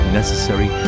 necessary